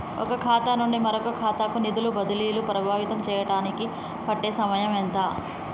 ఒక ఖాతా నుండి మరొక ఖాతా కు నిధులు బదిలీలు ప్రభావితం చేయటానికి పట్టే సమయం ఎంత?